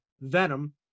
Venom